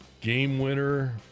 Game-winner